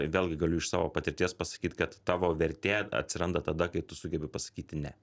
vėlgi galiu iš savo patirties pasakyt kad tavo vertė atsiranda tada kai tu sugebi pasakyti ne